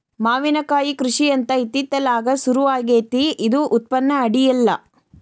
ಮಾವಿನಕಾಯಿ ಕೃಷಿ ಅಂತ ಇತ್ತಿತ್ತಲಾಗ ಸುರು ಆಗೆತ್ತಿ ಇದು ಉತ್ಪನ್ನ ಅಡಿಯಿಲ್ಲ